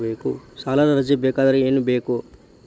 ಸಾಲದ ಅರ್ಜಿ ಹಾಕಬೇಕಾದರೆ ಏನು ಬೇಕು?